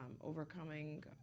overcoming